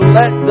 let